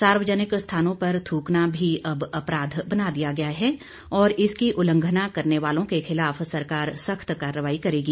सार्वजनिक स्थानों पर थ्रकना भी अब अपराध बना दिया गया है और इसकी उल्लंघना करने वालों के खिलाफ सरकार सख्त कार्रवाई करेगी